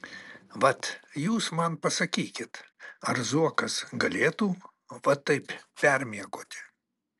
vat jūs man pasakykit ar zuokas galėtų va taip permiegoti